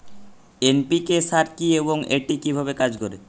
NPK সার কি এবং এটি কিভাবে কাজ করে?